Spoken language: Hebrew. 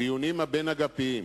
הדיונים הבין-אגפיים,